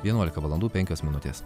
vienuolika valandų penkios minutės